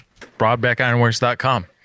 BroadbackIronworks.com